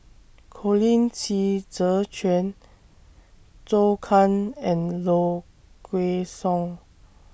Colin Qi Zhe Quan Zhou Can and Low Kway Song